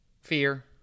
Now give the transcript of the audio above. Fear